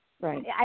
Right